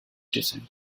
descent